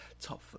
top